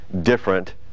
different